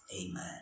amen